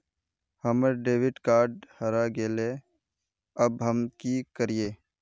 हमर debit card हरा गेले अब हम की करिये?